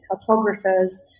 cartographers